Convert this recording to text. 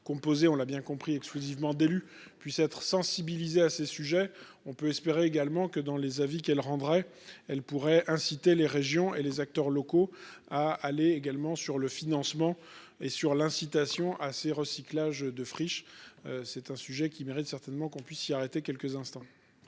composée, on l'a bien compris exclusivement d'élus puissent être sensibilisés à ces sujets, on peut espérer également que dans les avis qu'elle rendrait elle pourrait inciter les régions et les acteurs locaux à aller également sur le financement et sur l'incitation à ces recyclage de friches. C'est un sujet qui mérite certainement qu'on puisse y arrêter quelques instants.